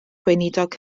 gweinidog